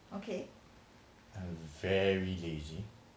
I'm very lazy